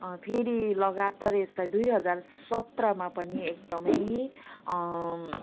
फेरि लगातार यसलाई दुई हजार सत्रमा पनि एकदमै